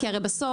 כי הרי בסוף,